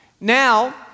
Now